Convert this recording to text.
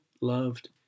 loved